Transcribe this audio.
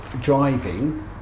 driving